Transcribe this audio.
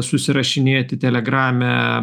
susirašinėti telegrame